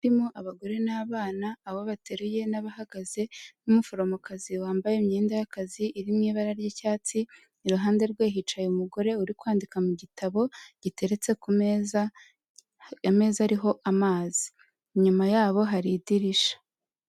Harimo abagore n'abana, abo bateruye n'abahagaze, n'umuforomokazi wambaye imyenda y'akazi iri mu ibara ry'icyatsi, iruhande rwe hicaye umugore uri kwandika mu gitabo giteretse ku meza, ameza ariho amazi. Inyuma yabo hari idirishya.